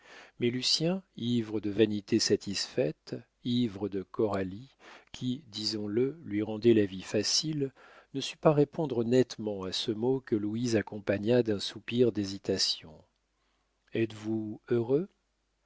mais lucien ivre de vanité satisfaite ivre de coralie qui disons-le lui rendait la vie facile ne sut pas répondre nettement à ce mot que louise accompagna d'un soupir d'hésitation êtes-vous heureux